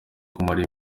kumara